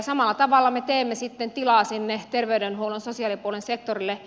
samalla tavalla me teemme sitten tilaa sinne terveydenhuollon sosiaalipuolen sektorille